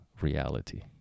reality